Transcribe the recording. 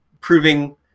proving